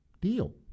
deal